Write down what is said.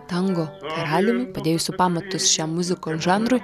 tango karaliumi padėjusiu pamatus šiam muzikos žanrui